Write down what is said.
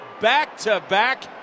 Back-to-back